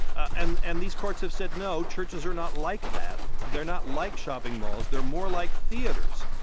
and and these courts have said, no, churches are not like that. they're not like shopping malls. they're more like theaters,